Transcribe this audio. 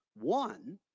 one